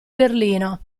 berlino